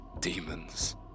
demons